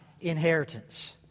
inheritance